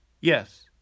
Yes